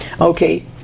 Okay